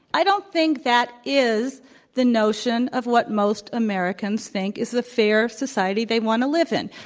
i don't think that is the notion of what most americans think is the fair society they want to live in.